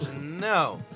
No